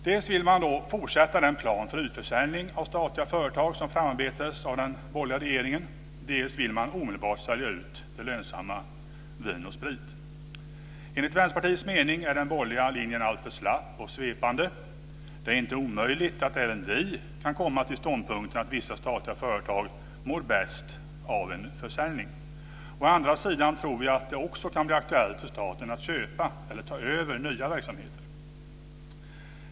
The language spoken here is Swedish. Dels vill man fortsätta den plan för utförsäljning av statliga företag som framarbetades av den borgerliga regeringen, dels vill man omedelbart sälja ut det lönsamma Vin & Sprit. Enligt Vänsterpartiets mening är den borgerliga linjen alltför slapp och svepande. Det är å ena sidan inte omöjligt att även vi kan komma till ståndpunkten att vissa statliga företag mår bäst av en försäljning. Å andra sidan tror vi att det också kan bli aktuellt för staten att köpa eller ta över nya verksamheter.